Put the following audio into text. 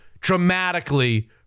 dramatically